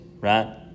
right